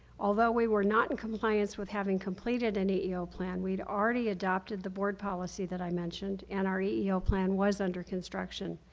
although we were not in compliance with having completed the and eeo plan, we already adopted the board policy that i mentioned and our eeo plan was under construction.